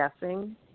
guessing